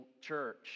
church